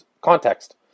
context